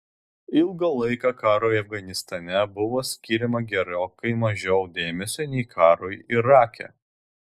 ilgą laiką karui afganistane buvo skiriama gerokai mažiau dėmesio nei karui irake